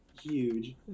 huge